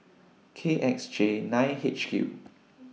K X J nine H Q